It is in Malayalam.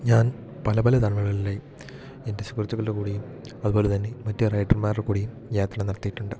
ഞാൻ പല പല എൻ്റെ സുഹൃത്തുക്കളുടെ കൂടെയും അതുപോലെ തന്നെ മറ്റു റൈഡർമാർറെ കൂടെയും യാത്ര നടത്തീട്ടുണ്ട്